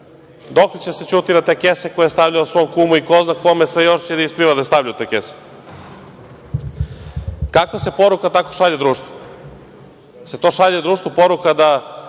Dokle će da se ćuti da te kese koje je stavljao svom kumu i ko zna kome sve još će da ispliva da je stavljao te kese? Kakva se poruka tako šalje društvu? Jel se to šalje društvu poruka da